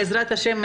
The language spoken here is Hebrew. בעזרת ה'